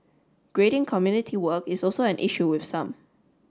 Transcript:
grading community work is also an issue with some